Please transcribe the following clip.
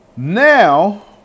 Now